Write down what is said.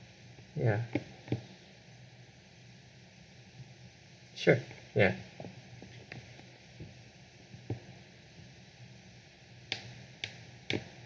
ya sure ya